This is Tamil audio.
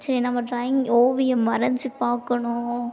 சரி நம்ம ட்ராயிங் ஓவியம் வரைஞ்சிப் பார்க்கணும்